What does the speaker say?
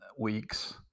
weeks